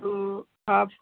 तो आप